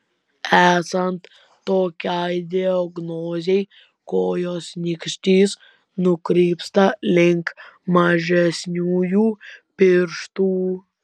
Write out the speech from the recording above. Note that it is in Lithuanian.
esant tokiai diagnozei kojos nykštys nukrypsta link mažesniųjų pirštų